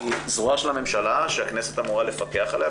היא זרוע של הממשלה שהכנסת אמורה לפקח עליה,